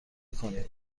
کنید